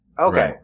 Okay